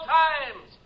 times